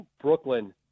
Brooklyn